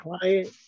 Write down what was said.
client